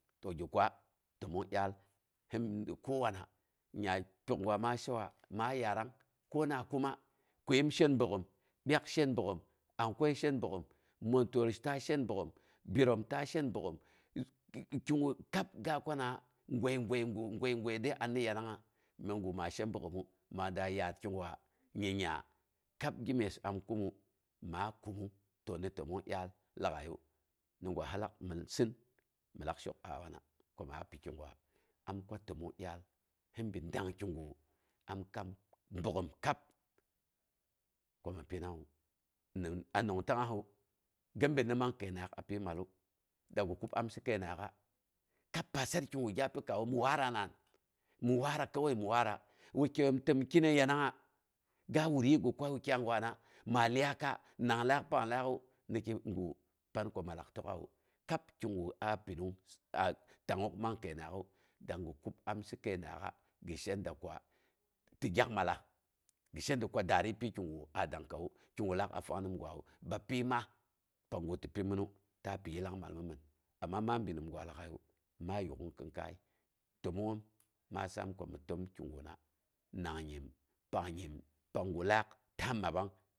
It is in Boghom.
To gi kwa təmong dyaal si bi kowana, nya ki gwa ma shewa, maa yaatrang kona kumma, kwiem shen bogghom, pyak shen bogghom, ankwəi shen bogghom montol, ta shen bogghom, biran ta shen bogghom ki kigu kab ga kwanawa, goi goi gu, goi goi dəi anna yanangnga. Nimgu ma she bogghoma maa da yaat kigwa nyingnya kab gimyes a kummung. Maa kuk'ung to ni təmong dyal lag'aiyu ni gwa hi lak, ni sɨn mɨn lak shok a wana ko maaa pi kigwa, am kwa təmong dyal hi bi dangkigu am kam bogghom kab komi pinawu. Anongtangngasu gi binna man kəinangngaak a pyi mallu, da gi kub amsi kəinangngaaka kab pasar kigu pikawu mi waatra naan, mi waara kowai mi waara wukyai yoom təm kɨnnəi yanangna ga wuryii gi kwa wukyai gwana maa iyaika nang laak pang laak'u ni kigu pan ko mallaak tək'awu, kab kigu a pinung a tangngook man kəinangngaak'u, dangngi kub amsi kəinangngaak gi shenda kwa, ti gyak mallas, gi shenda ki dai pyikigu a dankawu, kigu laak a fang nim gwawu. Bapyi ma pangu ti pimɨnu ta pi yillangmal mi mɨn. Amma maa bi nim gwa lag'aiyu maa yuk'ung kin kai təmongngoom maa saam ko min təm kiguna nang nyim pang nyim pangu laak ta mabang